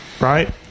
Right